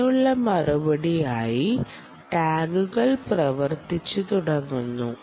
അതിനുള്ള മറുപടിയായി ടാഗുകൾ പ്രവർത്തിച്ചു തുടങ്ങുന്നു